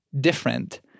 different